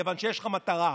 כיוון שיש לך מטרה: